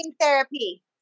therapy